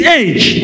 age